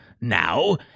Now